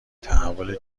تحول